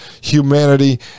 humanity